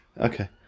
Okay